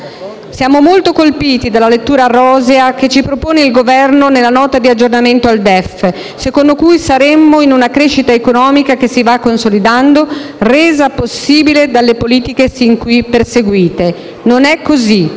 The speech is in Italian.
Siamo molto colpiti dalla lettura rosea che ci propone il Governo nella Nota di aggiornamento al DEF secondo cui saremmo in una fase di crescita economica che si va consolidando, resa possibile dalle politiche fin qui perseguite. Non è così: